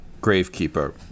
Gravekeeper